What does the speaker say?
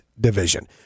division